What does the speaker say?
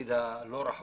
בעתיד הלא רחוק